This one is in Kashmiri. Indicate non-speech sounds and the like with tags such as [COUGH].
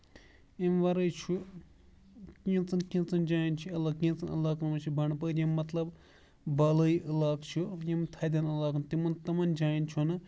أمۍ وَرٲے چھُ کینٛژن کینٛژن جاین چھُ [UNINTELLIGIBLE] کینٛژن علاقن منٛز چھُ بنڈپور یِم مطلب بالٲیی علاقہٕ چھِ یِم تھدین علاقن تِمن تِمَن جاین چھُ نہٕ